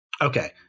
Okay